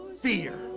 fear